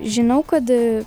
žinau kad